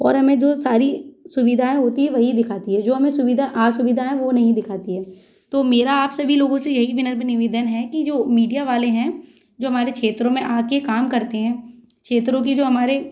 और हमें जो सारी सुविधाएं होती है वही दिखाती है जो हमें सुविधा आसुविधा हैं वो नहीं दिखाती हैं तो मेरा आप सभी लोगो से यही विनम्र निवेदन है कि जो मीडिया वाले हैं जो हमारे क्षेत्रों में आके काम करतें हैं क्षेत्रों की जो हमारे